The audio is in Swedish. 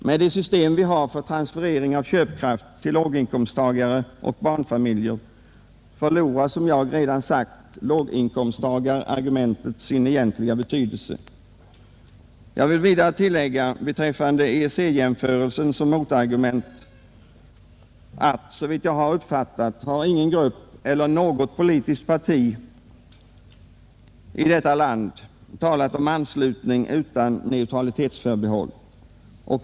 Med det system vi har för transferering av köpkraft till låginkomsttagare och barnfamiljer förlorar — som jag redan sagt — låginkomstargumentet sin egentliga betydelse. Jag vill vidare beträffande EEC-jämförelsen som motargument tillägga att, såvitt jag har uppfattat saken, ingen grupp eller något politiskt parti har talat om anslutning utan neutralitetsförbehåll.